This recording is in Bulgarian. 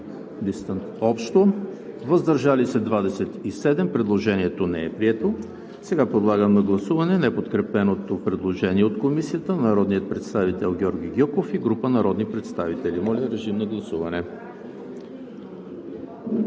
64, въздържали се 27. Предложението не е прието. Подлагам на гласуване неподкрепеното предложение от Комисията на народния представител Георги Гьоков и група народни представители. Колеги, моля,